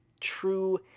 true